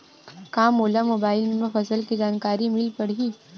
का मोला मोबाइल म फसल के जानकारी मिल पढ़ही?